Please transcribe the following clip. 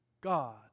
God